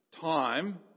time